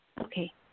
Okay